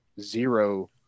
zero